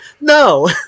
No